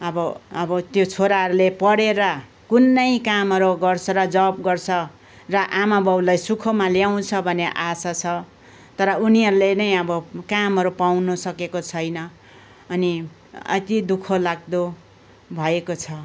अब अब त्यो छोराहरले पढेर कुनै कामहरू गर्छ र जब गर्छ र आमा बाउलाई सुखमा ल्याउँछ भन्ने आशा छ तर उनीहरले नै अब कामहरू पाउँनु सकेको छैन अनि अति दुखःलाग्दो भएको छ